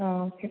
okay